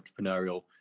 entrepreneurial